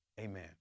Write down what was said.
amen